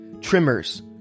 trimmers